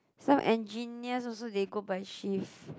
some engineers also they go by shift